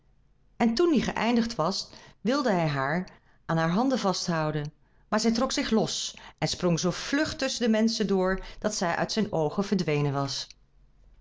en toen die geëindigd was wilde hij haar aan haar handen vasthouden maar zij trok zich los en sprong zoo vlug tusschen de menschen door dat zij uit zijn oogen verdwenen was